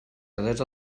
adés